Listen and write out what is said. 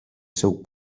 seu